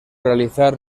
realizar